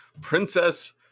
Princess